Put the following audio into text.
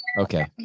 Okay